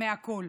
מהכול.